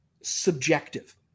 subjective